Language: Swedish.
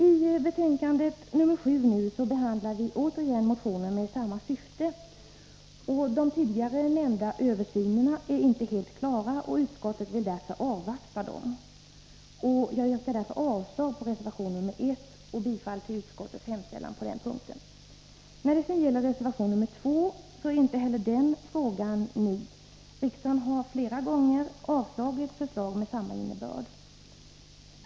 I betänkande 1983/84:7 behandlar vi återigen motioner med samma syfte. De tidigare nämnda översynerna är inte helt klara. Utskottet vill avvakta dessa. Jag yrkar därför avslag på reservation nr 1 och bifall till utskottets hemställan på den punkten. Frågan i reservation nr 2 är inte heller ny. Riksdagen har flera gånger avslagit förslag med samma innebörd.